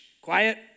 quiet